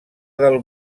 del